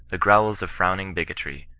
the growls of frowning bigotry,